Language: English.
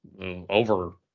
over